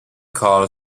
carl